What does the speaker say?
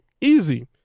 Easy